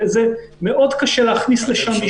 מאוד קשה להכניס לשם מישהו אחר.